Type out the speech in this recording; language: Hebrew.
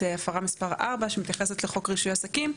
את הפרה מס' 4 שמתייחסת לחוק רישוי עסקים.